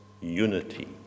unity